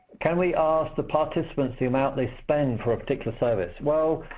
can we ask the participants the amount they spend for a particular service? well,